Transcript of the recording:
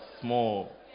small